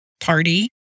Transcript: party